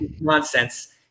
nonsense